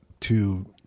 to-